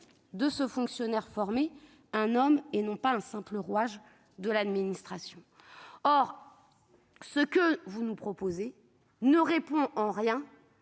de ce fonctionnaire formé un homme, et non un simple rouage de l'administration. Or ce que vous nous proposez aujourd'hui ne répond en rien